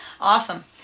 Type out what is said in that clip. Awesome